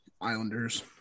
Islanders